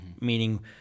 Meaning